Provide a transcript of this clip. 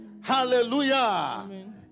Hallelujah